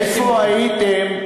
איפה הייתם,